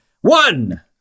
One